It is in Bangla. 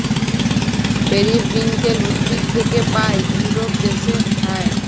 পেরিউইঙ্কেল উদ্ভিদ থাক্যে পায় ইউরোপ দ্যাশে হ্যয়